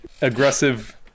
aggressive